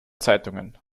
zeitungen